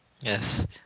Yes